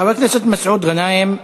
חבר הכנסת מסעוד גנאים,